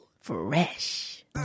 fresh